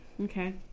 Okay